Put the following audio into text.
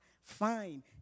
fine